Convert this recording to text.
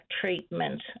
treatment